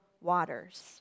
waters